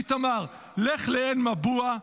איתמר, לך לעין מבוע.